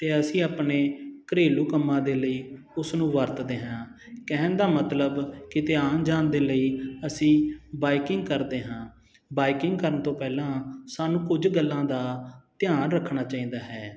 ਅਤੇ ਅਸੀਂ ਆਪਣੇ ਘਰੇਲੂ ਕੰਮਾਂ ਦੇ ਲਈ ਉਸ ਨੂੰ ਵਰਤਦੇ ਹਾਂ ਕਹਿਣ ਦਾ ਮਤਲਬ ਕਿਤੇ ਆਉਣ ਜਾਣ ਦੇ ਲਈ ਅਸੀਂ ਬਾਈਕਿੰਗ ਕਰਦੇ ਹਾਂ ਬਾਈਕਿੰਗ ਕਰਨ ਤੋਂ ਪਹਿਲਾਂ ਸਾਨੂੰ ਕੁਝ ਗੱਲਾਂ ਦਾ ਧਿਆਨ ਰੱਖਣਾ ਚਾਹੀਦਾ ਹੈ